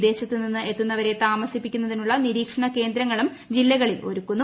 വിദേശത്ത് നിന്ന് എത്തുന്നവരെ താമസിപ്പിക്കുന്നതിനുള്ള നിരീക്ഷണ കേന്ദ്രങ്ങളും ജില്ലകളിൽ ഒരുക്കുന്നു